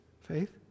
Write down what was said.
Faith